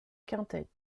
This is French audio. quintet